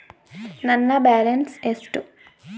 ನನ್ನ ಬ್ಯಾಲೆನ್ಸ್ ಎಷ್ಟು?